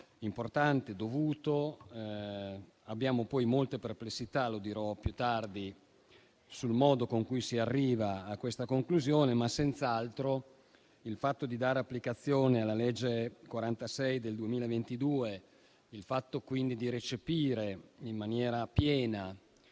importante e dovuto. Abbiamo poi molte perplessità - lo dirò più tardi - sul modo con cui si arriva alla conclusione, ma senz'altro il fatto di dare applicazione alla legge n. 46 del 2022 e, quindi, di recepire in maniera piena